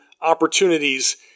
opportunities